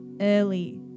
early